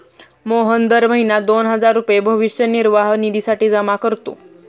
मोहन दर महीना दोन हजार रुपये भविष्य निर्वाह निधीसाठी जमा करतो